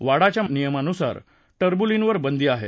वाडाच्या नियमानुसार टर्कूलीनवर बंदी आहे